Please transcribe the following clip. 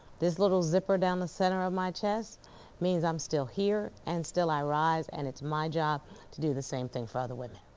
this little zipper down the center of my chest means i'm still here and still i rise and it's my job to do the same thing for other women.